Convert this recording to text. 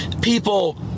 people